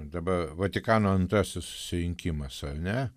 dabar vatikano antrasis susirinkimas ar ne